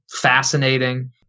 fascinating